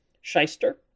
shyster